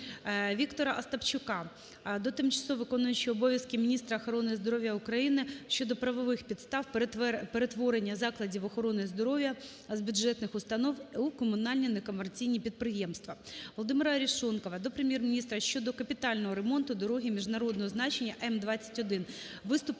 Віктора Остапчука до тимчасово виконуючої обов'язки міністра охорони здоров'я України щодо правових підстав перетворення закладів охорони здоров'я з бюджетних установ у комунальні некомерційні підприємства. Володимира Арешонкова до Прем'єр-міністра щодо капітального ремонту дороги міжнародного значення М -